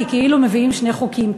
כי כאילו מביאים שני חוקים.